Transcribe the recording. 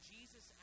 Jesus